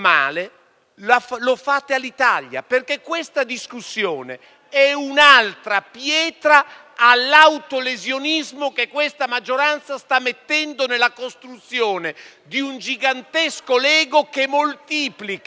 *(Aut (SVP-PATT, UV))*. Questa discussione è un'altra pietra all'autolesionismo che questa maggioranza sta mettendo nella costruzione di un gigantesco LEGO, che moltiplica